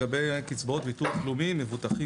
לגבי קצבאות הביטוח הלאומי הם מבוטחים